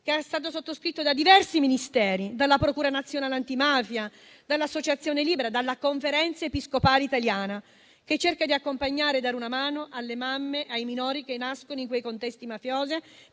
che è stato sottoscritto da diversi Ministeri, dalla procura nazionale antimafia, dall'Associazione Libera, dalla Conferenza episcopale italiana, che cerca di accompagnare e dare una mano alle mamme e ai minori che nascono in quei contesti mafiosi,